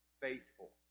faithful